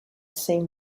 same